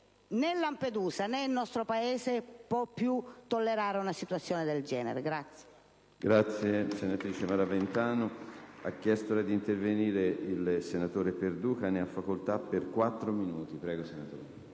né Lampedusa né il nostro Paese possono più tollerare una situazione del genere.